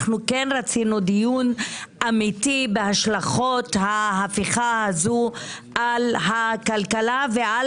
אנחנו כן רצינו דיון בהשלכות ההפיכה הזו על הכלכלה ועל